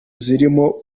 zirimo